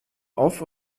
auf